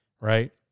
right